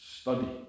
Study